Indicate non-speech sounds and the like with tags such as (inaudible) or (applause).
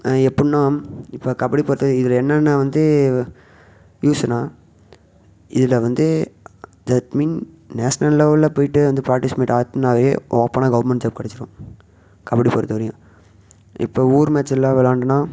எப்பிடின்னா இப்போ கபடி பொறுத்த வரையும் இதில் என்னென்னா வந்து யூஸுன்னால் இதில் வந்து தட் மீன் நேஷ்னல் லெவல்ல போய்ட்டு வந்து பார்ட்டிசிமேட் (unintelligible) ஓப்பனாக கவுர்மெண்ட் ஜாப் கிடச்சிரும் கபடி பொறுத்த வரையும் இப்போ ஊர் மேட்ச் எல்லாம் விளாண்டன்னா